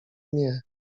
nie